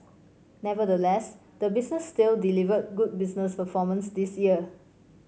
nevertheless the business still delivered good business performance this year